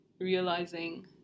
realizing